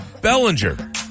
Bellinger